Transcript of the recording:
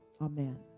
Amen